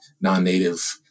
non-native